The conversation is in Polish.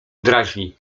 drażni